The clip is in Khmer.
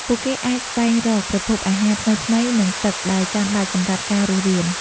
ពួកគេអាចស្វែងរក ប្រភពអាហារ ថ្មីៗ និងទឹកដែលចាំបាច់សម្រាប់ការរស់រាន។